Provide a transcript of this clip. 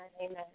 amen